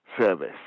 service